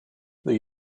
the